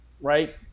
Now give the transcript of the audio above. right